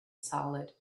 solid